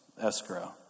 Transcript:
escrow